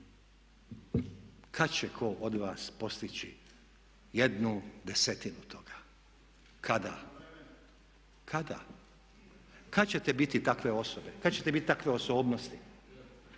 Kada će tko od vas postići jednu desetinu toga? Kada. …/Upadica se ne čuje./… Kada? Kada ćete biti takve osobe? Kada ćete biti takve osobnosti?